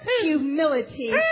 humility